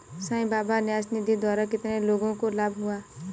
साई बाबा न्यास निधि द्वारा कितने लोगों को लाभ हुआ?